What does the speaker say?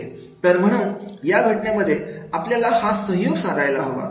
तर म्हणून या घटनेमध्ये आपल्याला हा सहयोग साधायला हवा